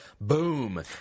Boom